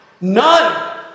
None